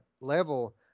level